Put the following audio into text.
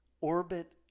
orbit